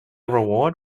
award